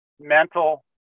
mental